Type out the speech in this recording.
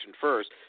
first